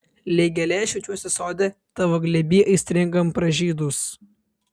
lyg gėlė aš jaučiuosi sode tavo glėby aistringam pražydus